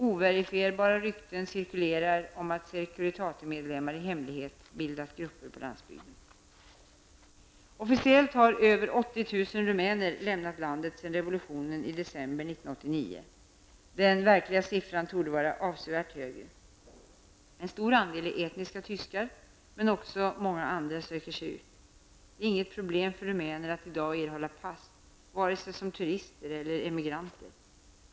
Overifierbara rykten cirkulerar om att Securitatemedlemmar i hemlighet bildat grupper på landsbygden. Officiellt har över 80 000 rumäner lämnat landet sedan revolutionen i december 1989. Den verkliga siffran torde vara avsevärt högre. En stor andel är etniska tyskar, men också många andra söker sig ut. Det är inget problem för rumäner att i dag erhålla pass, vare sig som turister eller emigranter.